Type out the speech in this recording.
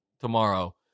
tomorrow